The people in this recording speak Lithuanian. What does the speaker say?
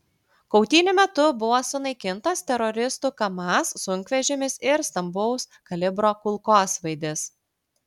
kautynių metu buvo sunaikintas teroristų kamaz sunkvežimis ir stambaus kalibro kulkosvaidis